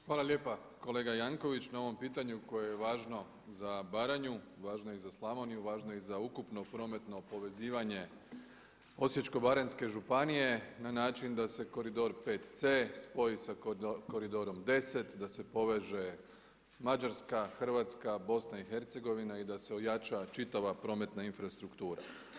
Hvala lijepa kolega Jankovics na ovom pitanju koje je važno za Baranju, važno je i za Slavoniju, važno je i za ukupno prometno povezivanje Osječko-baranjske županije na način da se koridor 5C spoji sa koridorom 10, da se poveže Mađarska, Hrvatska, Bosna i Hercegovina i da se ojača čitava prometna infrastruktura.